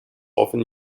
often